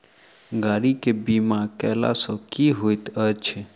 गाड़ी केँ बीमा कैला सँ की होइत अछि?